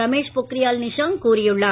ரமேஷ் பொக்ரியால் நிஷாங்க் கூறியுள்ளார்